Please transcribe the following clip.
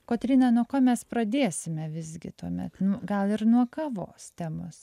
kotryna nuo ko mes pradėsime visgi tuomet nu gal ir nuo kavos temos